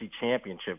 Championship